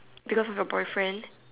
because of your boyfriend